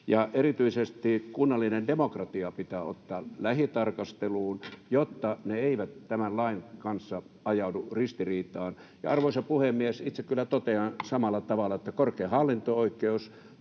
Erityisesti kunnallinen demokratia pitää ottaa lähitarkasteluun, jotta se ei tämän lain kanssa ajaudu ristiriitaan. Arvoisa puhemies! Itse kyllä totean samalla tavalla, että korkein hallinto-oikeus